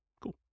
Cool